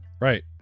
Right